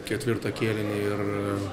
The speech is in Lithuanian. ketvirtą kėlinį ir